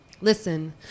Listen